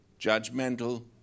judgmental